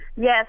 Yes